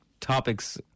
topics